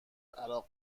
عراق